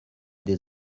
des